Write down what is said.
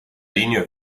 ligne